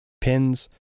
pins